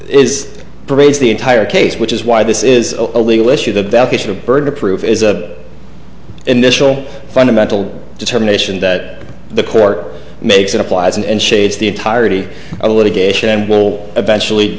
is praise the entire case which is why this is a legal issue the definition of burden of proof is a initial fundamental determination that the court makes it applies and shades the entirety of litigation and will eventually